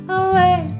away